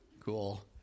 Cool